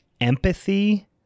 empathy